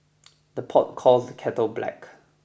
the pot calls the kettle black